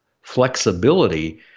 flexibility